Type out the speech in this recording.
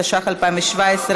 התשע"ח 2017,